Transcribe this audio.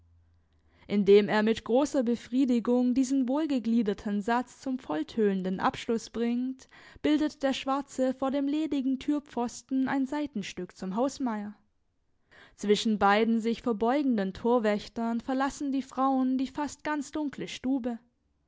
indem er mit großer befriedigung diesen wohlgegliederten satz zum volltönenden abschluß bringt bildet der schwarze vor dem ledigen türpfosten ein seitenstück zum hausmeier zwischen beiden sich verbeugenden torwächtern verlassen die frauen die fast ganz dunkle stube